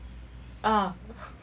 ah